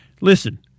listen